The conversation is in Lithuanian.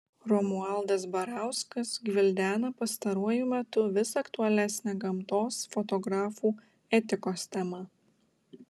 romualdas barauskas gvildena pastaruoju metu vis aktualesnę gamtos fotografų etikos temą